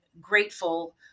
grateful